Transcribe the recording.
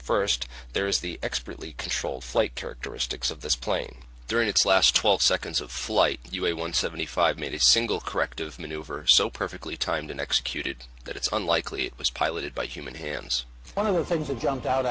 first there is the expertly controlled flight characteristics of this plane during its last twelve seconds of flight you a one seventy five made a single corrective maneuver so perfectly timed and executed that it's unlikely it was piloted by human hands one of the things that jumped out